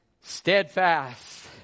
Steadfast